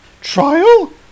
Trial